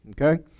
Okay